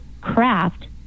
craft